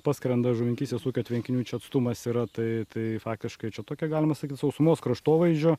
paskrenda žuvininkystės ūkio tvenkinių čia atstumas yra tai tai faktiškai čia tokia galima sakyt sausumos kraštovaizdžio